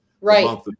Right